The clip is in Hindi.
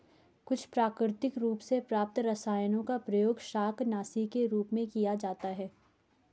कुछ प्राकृतिक रूप से प्राप्त रसायनों का प्रयोग शाकनाशी के रूप में किया जाता है